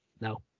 no